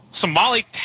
Somali